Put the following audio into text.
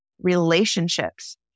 relationships